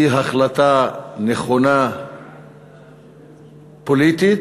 היא החלטה נכונה פוליטית,